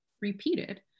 repeated